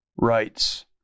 rights